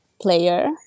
player